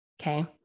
Okay